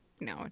No